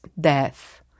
death